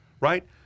Right